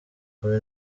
kumi